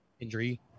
injury